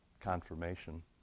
confirmation